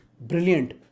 brilliant